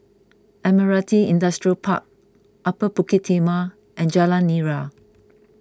Admiralty Industrial Park Upper Bukit Timah and Jalan Nira